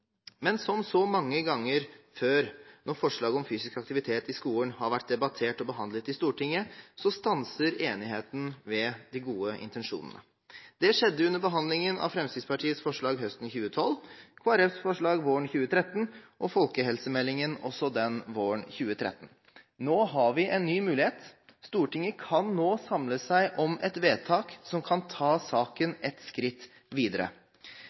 men som så mange ganger før, når forslag om fysisk aktivitet i skolen har vært debattert og behandlet i Stortinget, stanser enigheten ved de gode intensjonene. Det skjedde under behandlingen av Fremskrittspartiets forslag høsten 2012, Kristelig Folkepartis forslag våren 2013, og folkehelsemeldingen, også den våren 2013. Nå har vi en ny mulighet. Stortinget kan nå samle seg om et vedtak som kan ta saken et skritt videre.